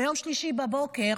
שביום שלישי בבוקר,